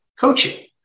coaching